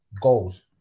goals